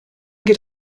geht